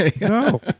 No